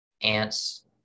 ants